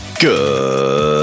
Good